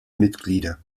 mitglieder